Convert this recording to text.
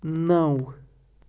نَو